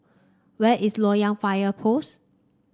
where is Loyang Fire Post